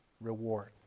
reward